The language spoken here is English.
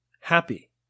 happy